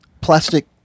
plastic